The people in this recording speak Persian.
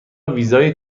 ویزای